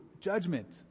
judgment